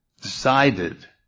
decided